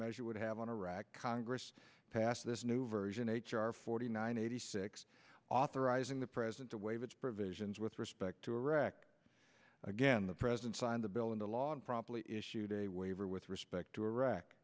measure would have on iraq congress passed this new version h r forty nine eighty six authorizing the president to waive its provisions with respect to iraq again the president signed the bill into law and promptly issued a waiver with respect to iraq